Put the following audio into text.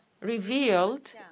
revealed